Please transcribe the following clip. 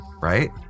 Right